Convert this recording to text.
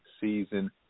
Season